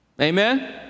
Amen